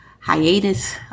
hiatus